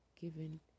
given